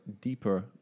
deeper